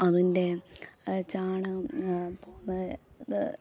അതിൻ്റെ ചാണകം പോകുന്നത്